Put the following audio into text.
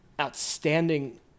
outstanding